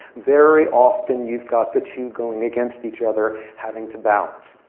very often, you've got the two going against each other, having to balance.